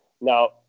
Now